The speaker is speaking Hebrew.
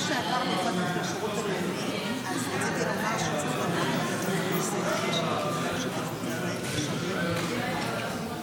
מי יישאר לשמוע אותך אם לא אני?